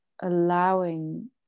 allowing